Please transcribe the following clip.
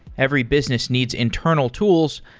every business needs internal tools,